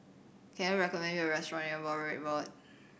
can you recommend me a restaurant near Broadrick Road